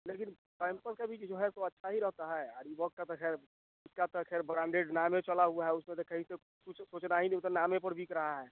लेकिन कैंपस का भी तो जो है सो अच्छा ही रहता है और रिबोक तो खैर उसका तो खैर ब्रांडेड नाम ही चला हुआ है उसमें तो कहीं से कुछ कुछ ना ही मिलता नाम ही पर बिक रहा है